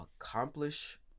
accomplish